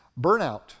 burnout